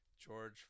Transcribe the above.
George